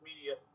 media